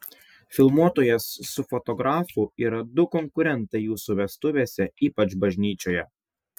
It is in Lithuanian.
filmuotojas su fotografu yra du konkurentai jūsų vestuvėse ypač bažnyčioje